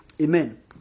Amen